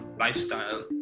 lifestyle